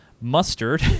Mustard